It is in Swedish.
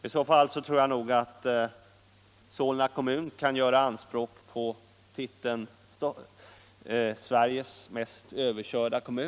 I så fall tror jag att Solna kommun kan göra anspråk på titeln ”Sveriges mest överkörda kommun”.